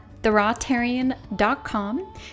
therawtarian.com